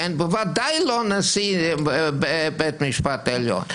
בוודאי לא נשיא בית המשפט העליון.